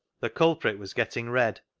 the culprit was getting red,